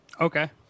Okay